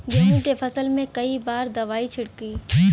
गेहूँ के फसल मे कई बार दवाई छिड़की?